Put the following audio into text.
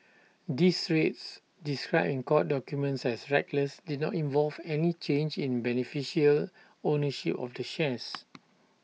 these trades described in court documents as reckless did not involve any change in beneficial ownership of the shares